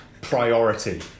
priority